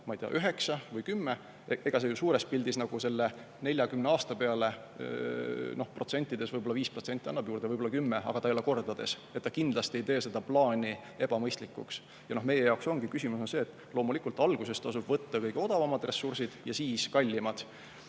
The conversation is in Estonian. asemel oleks 9 või 10, siis see suures pildis see selle 40 aasta peale protsentides võib-olla 5% annab juurde, võib-olla 10%, aga ta ei ole kordades. Ta kindlasti ei tee seda plaani ebamõistlikuks. Meie jaoks ongi küsimus see, et loomulikult, alguses tasub võtta kõige odavamad ressursid ja siis kallimad.